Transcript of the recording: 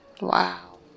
Wow